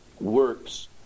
works